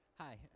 Hi